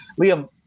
Liam